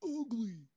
ugly